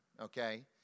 okay